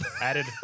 added